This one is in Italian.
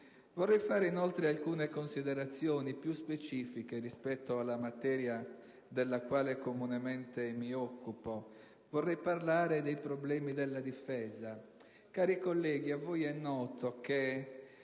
Vorrei fare, inoltre, alcune considerazioni più specifiche rispetto alla materia della quale comunemente mi occupo. Vorrei parlare dei problemi della difesa. Cari colleghi, a voi è noto che,